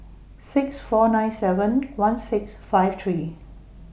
six four nine seven one six five three